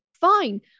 Fine